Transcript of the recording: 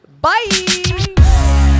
bye